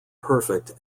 perfect